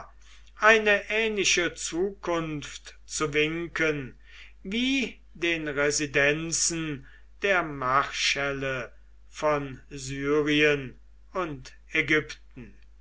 eine ähnliche zukunft zu winken wie den residenzen der marschälle von syrien und ägypten